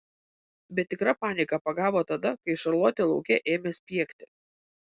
bet tikra panika pagavo tada kai šarlotė lauke ėmė spiegti